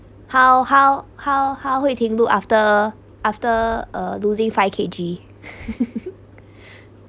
how how how how hui ting look after after uh losing five K_G